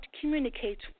communicates